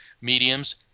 Mediums